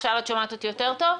עכשיו את שומעת אותי יותר טוב?